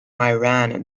iran